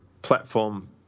platform